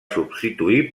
substituir